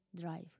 drive